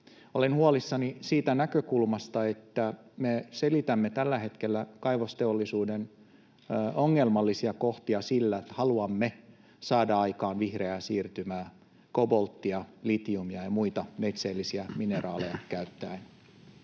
Olen huolissani siitä näkökulmasta, että me selitämme tällä hetkellä kaivosteollisuuden ongelmallisia kohtia sillä, että haluamme saada aikaan vihreää siirtymää kobolttia, litiumia ja muita neitseellisiä mineraaleja käyttäen.